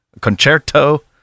concerto